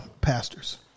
pastors